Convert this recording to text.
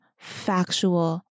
factual